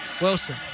Wilson